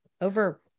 over